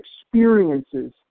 experiences